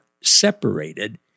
separated